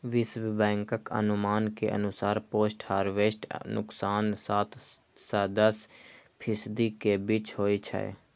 विश्व बैंकक अनुमान के अनुसार पोस्ट हार्वेस्ट नुकसान सात सं दस फीसदी के बीच होइ छै